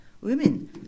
Women